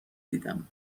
دیدم